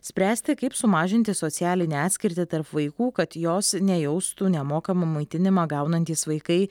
spręsti kaip sumažinti socialinę atskirtį tarp vaikų kad jos nejaustų nemokamą maitinimą gaunantys vaikai